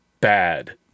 bad